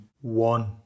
one